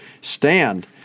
stand